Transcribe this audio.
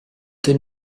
the